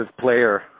player